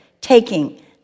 taking